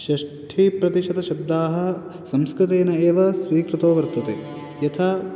षष्ठीप्रतिशतशब्दाः संस्कृतेनैव स्वीकृतो वर्तते यथा